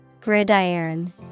Gridiron